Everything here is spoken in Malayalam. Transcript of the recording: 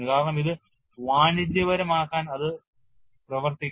കാരണം ഇത് വാണിജ്യപരമാക്കാൻ അത് പ്രവർത്തിക്കണം